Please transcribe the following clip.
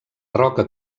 roca